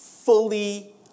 fully